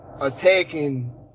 attacking